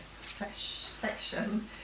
section